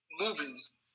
movies